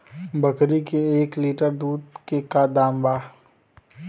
बकरी के एक लीटर दूध के का दाम बा?